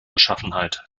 beschaffenheit